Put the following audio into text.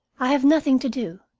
i have nothing to do,